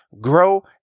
grow